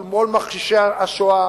מול כל מכחישי השואה,